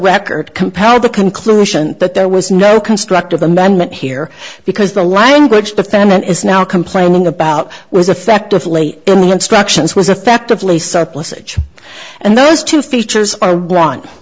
record compelled the conclusion that there was no constructive amendment here because the language the famine is now complaining about was effect of late the instructions was effectively surplusage and those two features